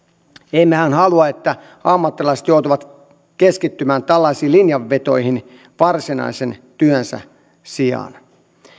emmehän halua että ammattilaiset joutuvat keskittymään tällaisiin linjanvetoihin varsinaisen työnsä sijaan